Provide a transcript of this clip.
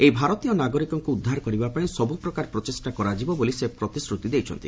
ଏହି ଭାରତୀୟ ନାଗରିକଙ୍କୁ ଉଦ୍ଧାର କରିବା ପାଇଁ ସବୁପ୍ରକାର ପ୍ରଚେଷ୍ଟା କରାଯିବ ବୋଲି ସେ ପ୍ରତିଶ୍ରତି ଦେଇଛନ୍ତି